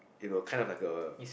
you know kind of like a